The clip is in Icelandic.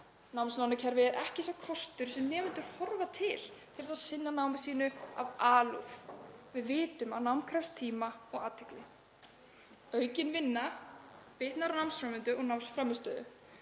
Námslánakerfið er ekki sá kostur sem nemendur horfa til til að sinna námi sínu af alúð. Við vitum að nám krefst tíma og athygli. Aukin vinna bitnar á námsframvindu og námsframmistöðu.